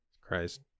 Christ